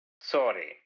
Sorry